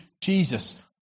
Jesus